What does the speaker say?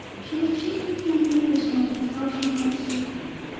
she was chiefly thinking at this moment how she might soothe him.